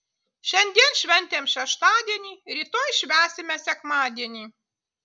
šiandien šventėm šeštadienį rytoj švęsime sekmadienį